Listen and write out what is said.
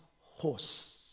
horse